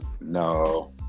No